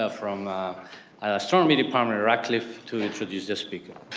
ah from astronomy department at radcliffe to introduce the speaker.